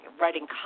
writing